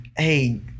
hey